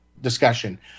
discussion